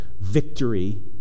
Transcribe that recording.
victory